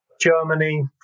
Germany